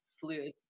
fluid